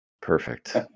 Perfect